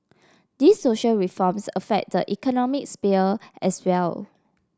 these social reforms affect the economic sphere as well